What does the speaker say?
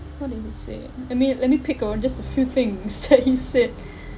what did he say ah let me let me pick a word just a few things that he said